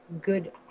good